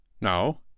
No